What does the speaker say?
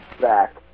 back